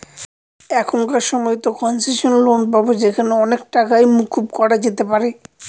এখনকার সময়তো concessional loan পাবো যেখানে অনেক টাকাই মকুব করা যেতে পারে